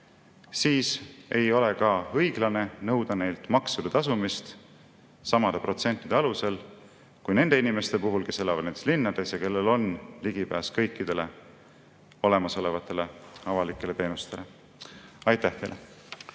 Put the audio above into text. siis ei ole ka õiglane nõuda neilt maksude tasumist samade protsentide alusel kui nende inimeste puhul, kes elavad näiteks linnades ja kellel on ligipääs kõikidele olemasolevatele avalikele teenustele. Aitäh teile!